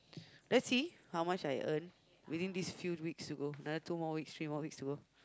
let's see how much I earn within these few weeks to go another two more weeks three more weeks to go